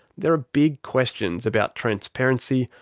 there are big questions about transparency,